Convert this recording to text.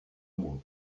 mois